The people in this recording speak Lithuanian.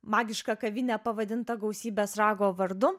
magišką kavinę pavadintą gausybės rago vardu